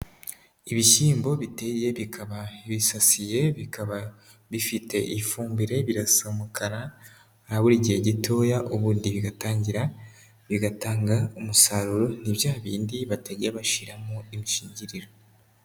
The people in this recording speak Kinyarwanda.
Ibishyimbo biteye bikaba bisasiye bikaba bifite ifumbire birasa umukara, harabura igihe gitoya ubundi bigatangira bigatanga umusaruro, ni bya bindi batajya bashiramo imishingiriro.